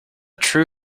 true